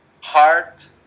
heart